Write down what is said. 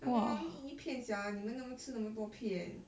刚刚 eat 一片 sia 你们那么吃那么多片